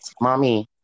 Mommy